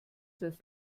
das